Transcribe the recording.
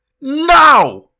Now